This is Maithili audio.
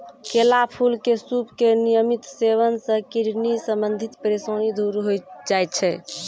केला फूल के सूप के नियमित सेवन सॅ किडनी संबंधित परेशानी दूर होय जाय छै